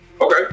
okay